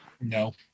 No